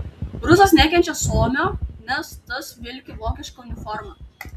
rusas nekenčia suomio nes tas vilki vokišką uniformą